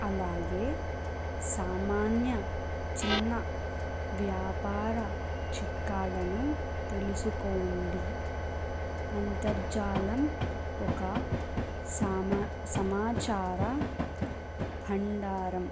అలాగే సామాన్య చిన్న వ్యాపార చిట్కాలను తెలుసుకోండి అంతర్జాలం ఒక సామ సమాచార భండారం